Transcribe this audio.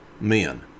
men